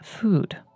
food